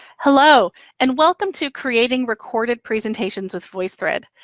hello and welcome to creating recorded presentations with voicethread.